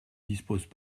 disposent